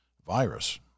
Virus